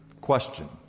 question